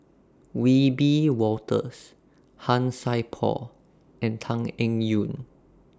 Wiebe Wolters Han Sai Por and Tan Eng Yoon